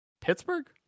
pittsburgh